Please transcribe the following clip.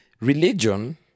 Religion